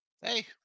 Hey